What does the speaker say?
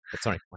Sorry